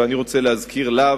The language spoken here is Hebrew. ואני רוצה להזכיר לה,